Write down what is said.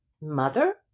Mother